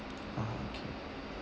ah okay